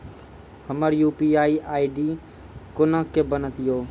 हमर UPI ID कोना के बनत यो?